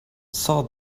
saw